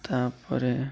ତାପରେ